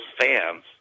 fans